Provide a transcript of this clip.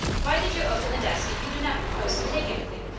why did you open the desk if you did not propose to take anything?